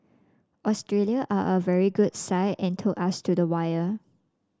Australia are a very good side and took us to the wire